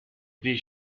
die